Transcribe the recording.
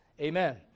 Amen